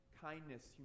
kindness